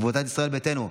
קבוצת סיעת ישראל ביתנו,